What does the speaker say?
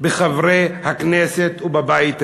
בחברי הכנסת ובבית הזה.